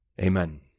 Amen